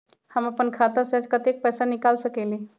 हम अपन खाता से आज कतेक पैसा निकाल सकेली?